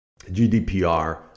GDPR